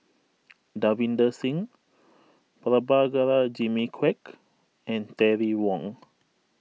Davinder Singh Prabhakara Jimmy Quek and Terry Wong